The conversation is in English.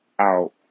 out